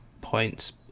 points